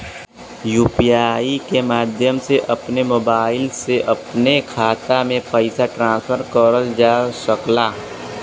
UPI के माध्यम से अपने मोबाइल से अपने खाते में पइसा ट्रांसफर करल जा सकला